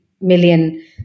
million